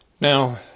Now